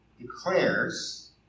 declares